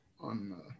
on